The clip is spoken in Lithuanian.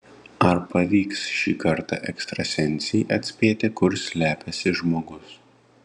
ar pavyks šį kartą ekstrasensei atspėti kur slepiasi žmogus